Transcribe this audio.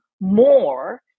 more